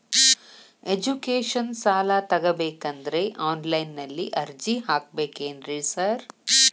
Education ಸಾಲ ತಗಬೇಕಂದ್ರೆ online ನಲ್ಲಿ ಅರ್ಜಿ ಹಾಕ್ಬೇಕೇನ್ರಿ ಸಾರ್?